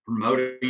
promoting